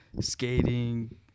skating